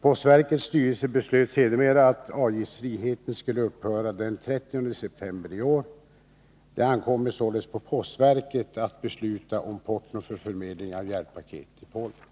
Postverkets styrelse beslöt sedermera att avgiftsfriheten skulle upphöra den 30 september i år. Det ankommer således på postverket att besluta om porton för förmedling av hjälppaket till Polen.